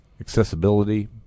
Accessibility